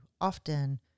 often